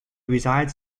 resides